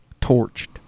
Torched